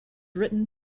written